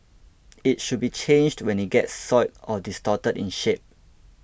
it should be changed when it gets soiled or distorted in shape